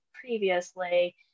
previously